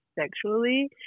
sexually